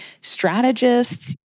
strategists